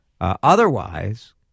Otherwise